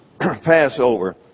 Passover